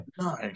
Nice